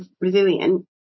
resilient